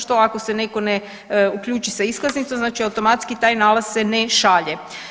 Što ako se neko ne uključi sa iskaznicom, znači automatski taj nalaz se ne šalje.